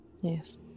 Yes